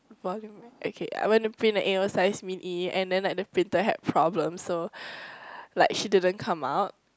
okay I went to print a a_o size Min-Yi and then like the printer had problem so like she didn't come out